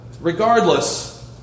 regardless